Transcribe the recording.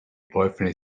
boyfriend